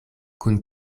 kun